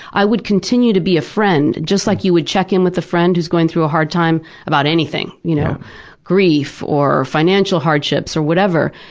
i would continue to be a friend, just like you would check in with a friend who's going through a hard time about anything you know grief, financial hardships or whatever.